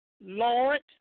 Lord